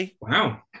Wow